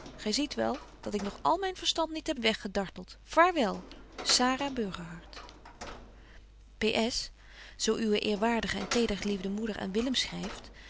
ziet wel dat ik nog al myn verstand niet heb weg gedartelt vaarwel ps zo uwe eerwaardige en tedergeliefde moeder aan willem schryft